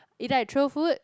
either I throw food